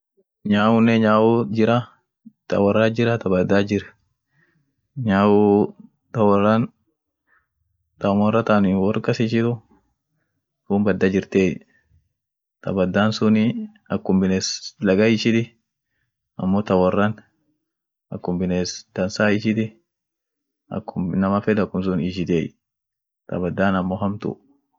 Nyunen nyaut jira, ta worrat jira ta badaat jir, nyauu ta worran taam worrah ta wor kas ishitu, tuun bada jirtiey, ta badan suni, akum biness lagga ishiti, amo ta worran, akum biness dansa ishiti, akum inaman fed akumsun ishitiey, ta badan amo hamtu.